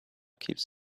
keeps